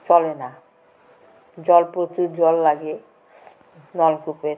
চলে না জল প্রচুর জল লাগে নলকূপের